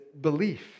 belief